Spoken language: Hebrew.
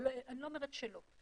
אבל אני לא אומרת שלא.